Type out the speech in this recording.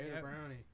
Brownie